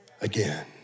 again